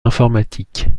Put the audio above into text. informatique